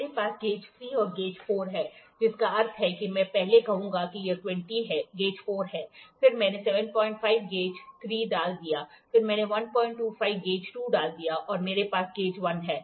मेरे पास गेज 3 और गेज 4 है जिसका अर्थ है कि मैं पहले कहूंगा कि यह 20 है गेज 4 है फिर मैंने 75 गेज 3 डाल दिया फिर मैंने 125 गेज 2 डाल दिया और मेरे पास गेज 1 है